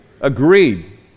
Agreed